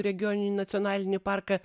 regioninį nacionalinį parką